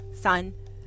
son